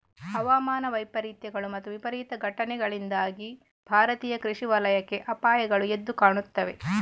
ಹವಾಮಾನ ವೈಪರೀತ್ಯಗಳು ಮತ್ತು ವಿಪರೀತ ಘಟನೆಗಳಿಂದಾಗಿ ಭಾರತೀಯ ಕೃಷಿ ವಲಯಕ್ಕೆ ಅಪಾಯಗಳು ಎದ್ದು ಕಾಣುತ್ತವೆ